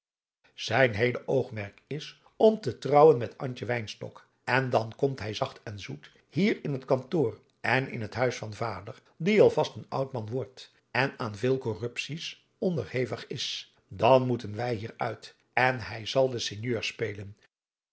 zijn heele oogmerk is om te trouwen met antje wynstok en dan komt hij zacht en zoet hier in het kantoor en in het huis van vader die al vast een oud man wordt en aan veel corrupties onderhevig is dan moeten wij hier uit en hij zal den sinjeur spelen